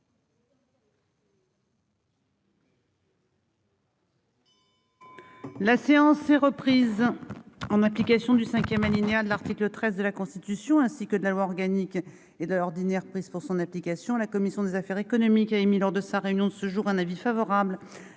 La séance est reprise en application du 5ème alinéa de l'article 13 de la Constitution, ainsi que de la loi organique et de ordinaire prises pour son application, la commission des affaires économiques, a émis lors de sa réunion de ce jour, un avis favorable